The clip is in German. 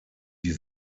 die